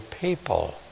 people